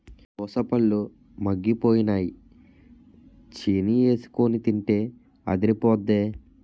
దోసపళ్ళు ముగ్గిపోయినై చీనీఎసికొని తింటే అదిరిపొద్దే